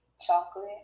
Chocolate